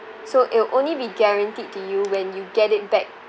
so it'll only be guaranteed to you when you get it back